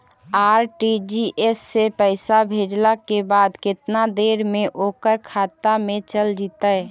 RTGS से पैसा भेजला के बाद केतना देर मे ओकर खाता मे चल जितै?